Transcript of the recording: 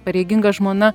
pareiginga žmona